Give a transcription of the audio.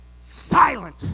silent